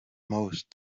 most